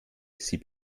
sie